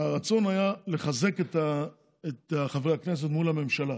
הרצון היה לחזק את חבר הכנסת מול הממשלה.